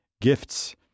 gifts